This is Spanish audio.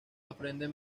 aprenden